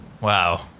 Wow